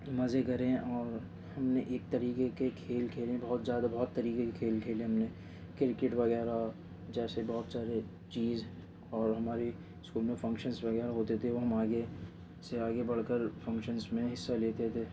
مزے کرے ہیں اور ہم نے ایک طریقے کے کھیل کھیلے ہیں بہت زیادہ بہت طریقے کے کھیل کھیلے ہیں ہم نے کرکٹ وغیرہ جیسے بہت سارے چیز اور ہمارے اسکول میں فنکشنز وغیرہ ہوتے تھے وہ ہم آگے سے آگے بڑھ کر فنکشنز میں حصہ لیتے تھے